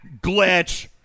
glitch